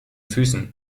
füßen